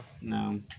No